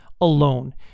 alone